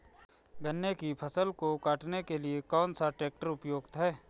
गन्ने की फसल को काटने के लिए कौन सा ट्रैक्टर उपयुक्त है?